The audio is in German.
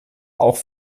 auch